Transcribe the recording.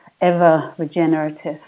ever-regenerative